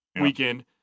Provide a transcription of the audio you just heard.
weekend